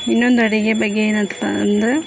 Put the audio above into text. ಇನ್ನೊಂದು ಅಡಿಗೆ ಬಗ್ಗೆ ಏನಂತಪ್ಪಾ ಅಂದರೆ